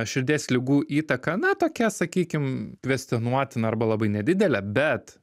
širdies ligų įtaka na tokia sakykim kvestionuotina arba labai nedidelė bet